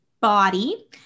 body